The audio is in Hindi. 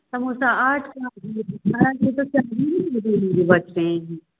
समोसा आठ